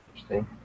Interesting